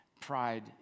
pride